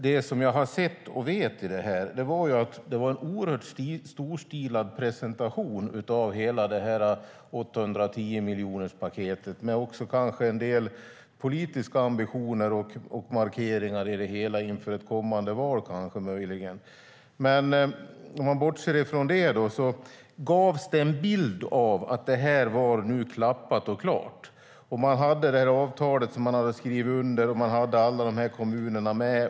Det som jag har sett och vet i det här är att det var en oerhört storstilad presentation av hela det här 810-miljonerspaketet. Det var kanske också en del politiska ambitioner och markeringar i det hela inför ett kommande val. Men om man bortser från det gavs det en bild av att det här nu var klappat och klart. Man hade det här avtalet, som man hade skrivit under, och man hade alla de här kommunerna med.